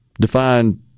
defined